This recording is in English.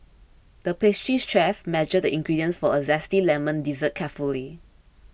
the pastry chef measured the ingredients for a Zesty Lemon Dessert carefully